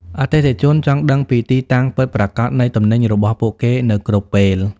អតិថិជនចង់ដឹងពីទីតាំងពិតប្រាកដនៃទំនិញរបស់ពួកគេនៅគ្រប់ពេល។